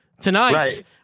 tonight